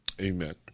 Amen